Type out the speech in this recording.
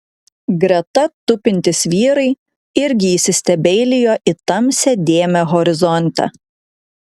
greta tupintys vyrai irgi įsistebeilijo į tamsią dėmę horizonte